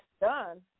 done